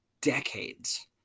decades